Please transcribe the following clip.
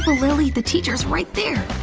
lilly! the teacher is right there!